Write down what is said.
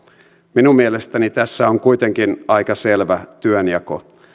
minun mielestäni tässä on kuitenkin aika selvä työnjako